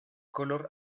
color